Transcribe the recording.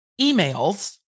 emails